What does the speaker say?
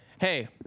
Hey